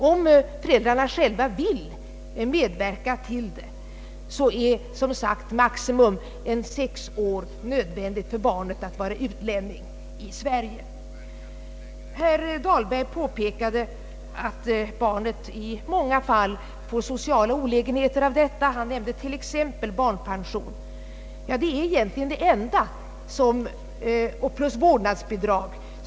Om föräldrarna själva vill medverka till det, är som sagt maximum sex år som utlänning i Sverige vad ett barn behöver genomleva. Herr Dahlberg påpekade att barnet i många fall får sociala olägenheter under den tid som det har utländsk nationalitet. Han nämnde t.ex. barnpension och vårdnadsbidrag.